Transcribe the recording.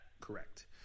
Correct